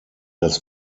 das